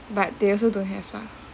but they also don't have lah